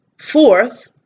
Fourth